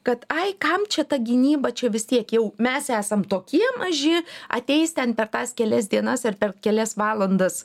kad ai kam čia ta gynyba čia vis tiek jau mes esam tokie maži ateis ten per tas kelias dienas ir per kelias valandas